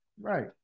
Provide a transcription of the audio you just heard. Right